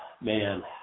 Man